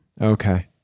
Okay